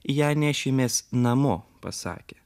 ją nešimės namo pasakė